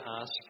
ask